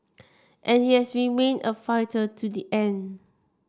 and he has remained a fighter to the end